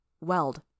Weld